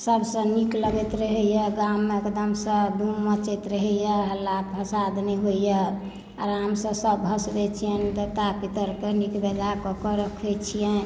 सबस नीक लगैत रहैया गाम मे एकदम सऽ धूम मचैत रहैया हल्ला फसाद नहि होइया आराम सऽ सब भसबै छियनि देवता पितर के नीक बेजा कऽ कऽ रखै छियनि